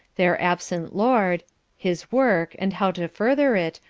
their absent lord his work, and how to further it,